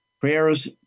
Prayers